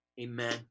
Amen